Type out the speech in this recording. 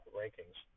rankings